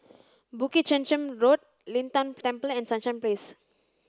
Bukit Chermin Road Lin Tan Temple and Sunshine Place